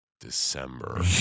December